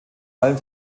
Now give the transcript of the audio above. allem